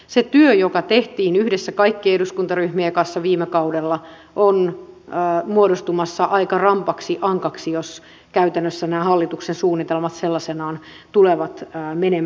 se työ joka tehtiin yhdessä kaikkien eduskuntaryhmien kanssa viime kaudella on muodostumassa aika rammaksi ankaksi jos käytännössä nämä hallituksen suunnitelmat sellaisinaan tulevat menemään läpi